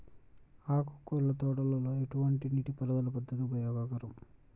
ఆకుకూరల తోటలలో ఎటువంటి నీటిపారుదల పద్దతి ఉపయోగకరం?